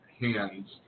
hands